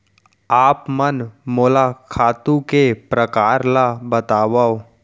आप मन मोला खातू के प्रकार ल बतावव?